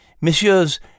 Messieurs